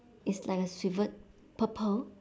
it's like a swive~ purple